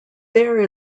there